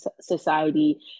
society